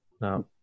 No